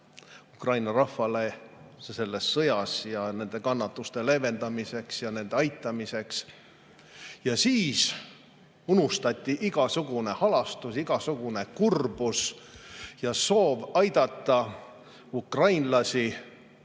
Ukraina rahvale selles sõjas nende kannatuste leevendamisel ja nende aitamisel. Ja siis unustati igasugune halastus, igasugune kurbus ja soov aidata ukrainlasi.